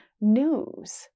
news